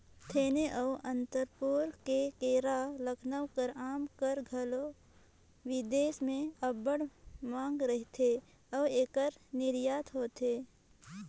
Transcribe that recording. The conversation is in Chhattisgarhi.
थेनी अउ अनंतपुर कर केरा, लखनऊ कर आमा कर घलो बिदेस में अब्बड़ मांग रहथे अउ एकर निरयात होथे